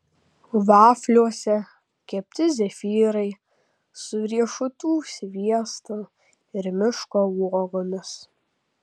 vafliuose kepti zefyrai su riešutų sviestu ir miško uogomis